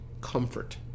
comfort